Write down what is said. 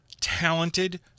talented